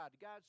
God